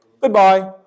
Goodbye